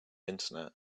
internet